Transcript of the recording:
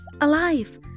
alive